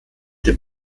dem